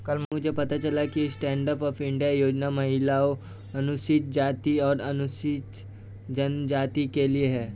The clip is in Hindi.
कल मुझे पता चला कि स्टैंडअप इंडिया योजना महिलाओं, अनुसूचित जाति और अनुसूचित जनजाति के लिए है